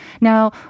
Now